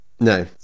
No